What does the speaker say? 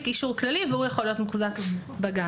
אישור כללי והוא יכול להיות מוחזק בגן.